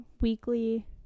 weekly